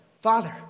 Father